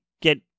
get